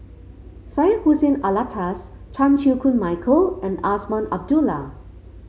Syed Hussein Alatas Chan Chew Koon Michael and Azman Abdullah